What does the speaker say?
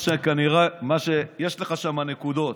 יש לך שם נקודות.